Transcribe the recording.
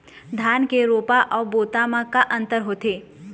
धन के रोपा अऊ बोता म का अंतर होथे?